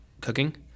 cooking